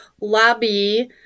lobby